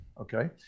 okay